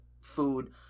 food